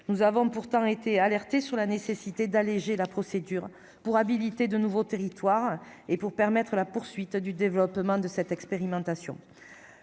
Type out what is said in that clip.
nous avons pourtant été alertés sur la nécessité d'alléger la procédure pour habiliter de nouveaux territoires et pour permettre la poursuite du développement de cette expérimentation,